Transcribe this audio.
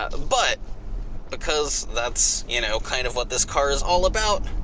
ah but because that's you know kind of what this car is all about,